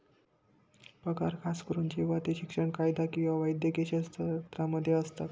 पगार खास करून जेव्हा ते शिक्षण, कायदा किंवा वैद्यकीय क्षेत्रांमध्ये असतात